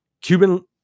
Cuban